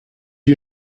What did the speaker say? you